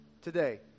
today